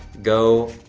go,